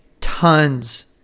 tons